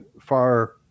far